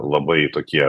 labai tokie